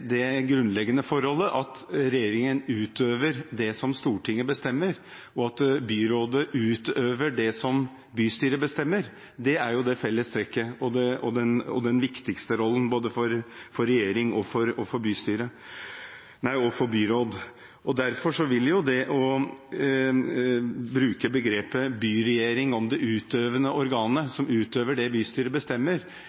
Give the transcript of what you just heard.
grunnleggende forholdet at regjeringen utøver det som Stortinget bestemmer, og at byrådet utøver det som bystyret bestemmer, er det felles trekket og den viktigste rollen både for regjering og for byråd. Derfor vil det å bruke begrepet «byregjering» om det utøvende organet,